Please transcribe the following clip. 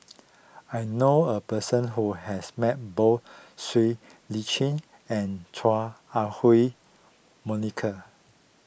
I knew a person who has met both Siow Lee Chin and Chua Ah Huwa Monica